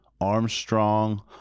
Armstrong